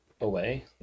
away